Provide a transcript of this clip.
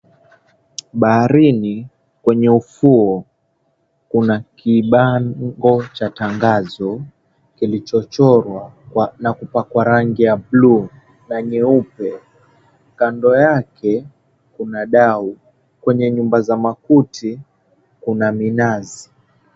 Baharini kwenye ufuo kuna kibango cha tangazo kilichochorwa na kupakwa rangi ya buluu na nyeupe, kando yake kuna dau, kwenye nyumba za makuti kuna minazi.